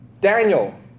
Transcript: Daniel